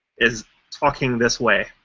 is talking this way.